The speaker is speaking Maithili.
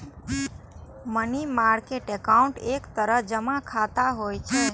मनी मार्केट एकाउंट एक तरह जमा खाता होइ छै